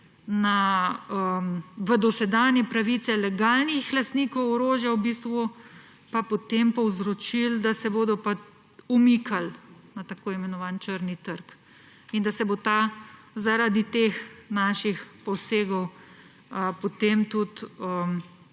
v dosedanje pravice legalnih lastnikov orožja v bistvu potem povzročili, da se bodo pa umikali na tako imenovani črni trg in da se bo ta zaradi teh naših posegov potem tudi